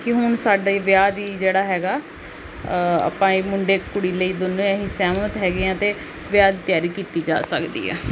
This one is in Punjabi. ਕਿ ਹੁਣ ਸਾਡਾ ਹੀ ਵਿਆਹ ਦੀ ਜਿਹੜਾ ਹੈਗਾ ਆਪਾਂ ਇਹ ਮੁੰਡੇ ਕੁੜੀ ਲਈ ਦੋਵੇਂ ਹੀ ਸਹਿਮਤ ਹੈਗੇ ਹਾਂ ਅਤੇ ਵਿਆਹ ਦੀ ਤਿਆਰੀ ਕੀਤੀ ਜਾ ਸਕਦੀ ਹੈ